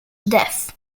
death